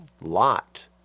Lot